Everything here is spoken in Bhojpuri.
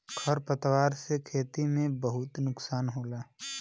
खर पतवार से खेती में बहुत नुकसान होला